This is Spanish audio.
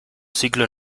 ciclo